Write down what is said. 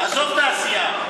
עזוב את העשייה,